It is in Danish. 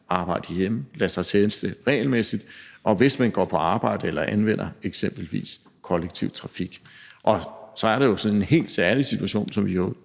arbejde hjemme og at lade sig teste regelmæssigt, hvis man går på arbejde eller eksempelvis anvender kollektiv trafik. Så er der jo en helt særlig situation, som vi